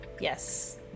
yes